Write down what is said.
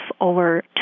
over